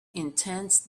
intense